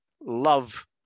love